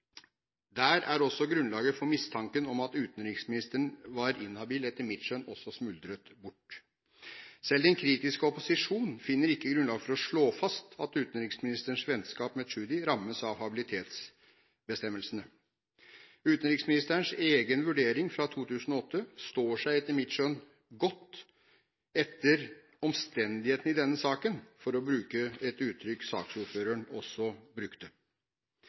Der er også grunnlaget for mistanken om at utenriksministeren var inhabil, etter mitt skjønn, også smuldret bort. Selv den kritiske opposisjonen finner ikke grunnlag for å slå fast at utenriksministerens vennskap med Tschudi rammes av habilitetsbestemmelsene. Utenriksministerens egen vurdering fra 2008 står seg, etter mitt skjønn, godt etter omstendighetene i denne saken, for å bruke et uttrykk saksordføreren også brukte.